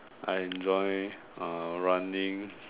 I enjoy uh running